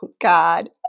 God